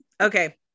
Okay